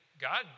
God